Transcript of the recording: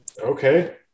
Okay